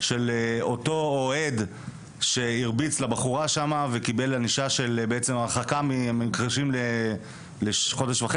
של אותו אוהד שהרביץ לבחורה שם וקיבל ענישה של הרחקה ממשחקים ל-90 יום.